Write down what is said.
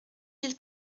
mille